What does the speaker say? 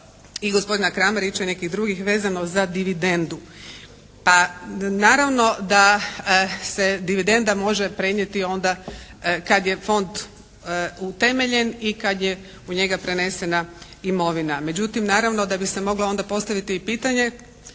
i gospodina Kramarića i nekih drugih vezano za dividendu. Pa naravno da se dividenda može prenijeti onda kada je fond utemeljen i kad je u njega prenesena imovina. Međutim, naravno da bi se moglo onda postaviti i pitanje